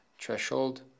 threshold